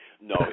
No